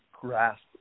grasp